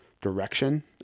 direction